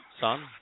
son